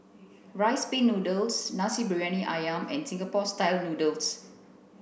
rice pin noodles Nasi Briyani Ayam and Singapore style noodles